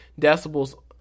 decibels